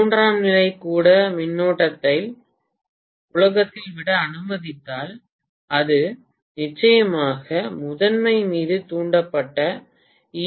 மூன்றாம் நிலைகளில் கூட மின்னோட்டத்தை புழக்கத்தில் விட அனுமதித்தால் அது நிச்சயமாக முதன்மை மீது தூண்டப்பட்ட ஈ